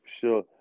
sure